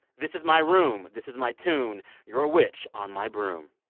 this is my room. this is my tune. you're a witch on my broom.